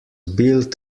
built